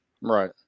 right